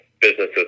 businesses